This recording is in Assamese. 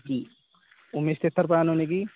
কি উমেছথেৰ তাৰ পৰা আনো নেকি